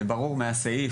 זה ברור מהסעיף,